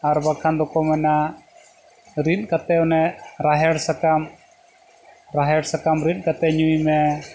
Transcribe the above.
ᱟᱨ ᱵᱟᱝᱠᱷᱟᱱ ᱫᱚᱠᱚ ᱢᱮᱱᱟ ᱨᱤᱫ ᱠᱟᱛᱮ ᱚᱱᱮ ᱨᱟᱦᱮᱲ ᱥᱟᱠᱟᱢ ᱨᱟᱦᱮᱲ ᱥᱟᱠᱟᱢ ᱨᱤᱫ ᱠᱟᱛᱮ ᱧᱩᱭ ᱢᱮ